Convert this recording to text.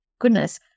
goodness